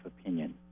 opinion